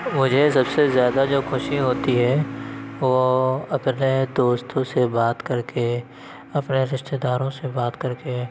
مجھے سب سے زیادہ جو خوشی ہوتی ہے وہ اپنے دوستوں سے بات کر کے اپنے رشتہ داروں سے بات کر کے